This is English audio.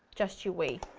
just you wait!